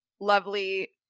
lovely